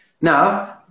Now